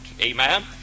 Amen